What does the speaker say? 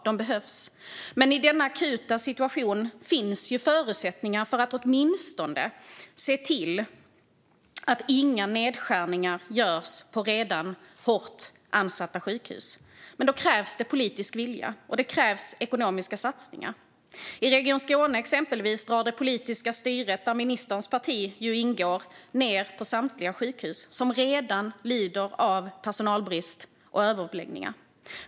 De behövs. Men i denna akuta situation finns förutsättningar för att åtminstone se till att inga nedskärningar görs på redan hårt ansatta sjukhus. Men då krävs det politisk vilja och ekonomiska satsningar. I exempelvis Region Skåne drar det politiska styret, där ministerns parti ingår, ned på samtliga sjukhus, som redan lider av personalbrist och överbeläggningar.